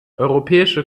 europäische